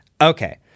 Okay